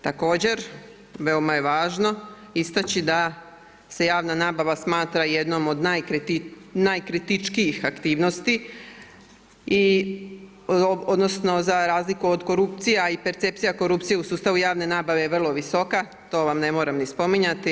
Također veoma je važno istaći da se javna nabava smatra jednom od najkritičkijih aktivnosti, odnosno za razliku od korupcija i percepcija korupcija u sustavu javne nabave je vrlo visoka, to vam ne moram ni spominjati.